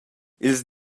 ils